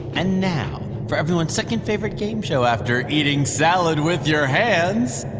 and now for everyone's second-favorite game show after eating salad with your hands,